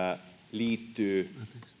liittyy